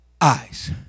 eyes